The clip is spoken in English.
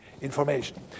information